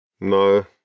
No